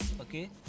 okay